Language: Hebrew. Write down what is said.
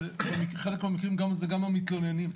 ובחלק מהמקרים זה גם המתלוננים.